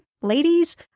ladies